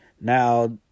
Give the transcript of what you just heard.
Now